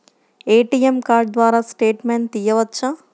ATM card ద్వారా statement తీయవచ్చా?